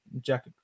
Jack